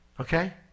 Okay